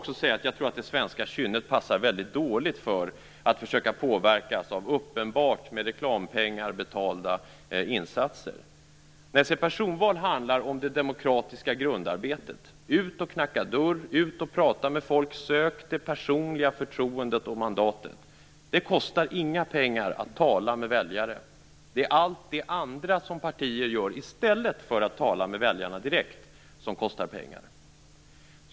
Jag tror också att det passar det svenska kynnet väldigt dåligt att man försöker påverka med insatser som uppenbart är betalda med reklampengar. Personval handlar om det demokratiska grundarbetet. Man skall gå ut och knacka dörr och prata med folk. Man skall söka det personliga förtroendet och mandatet. Det kostar inga pengar att tala med väljare. Det är allt det andra som partier gör i stället för att tala med väljarna direkt som kostar pengar.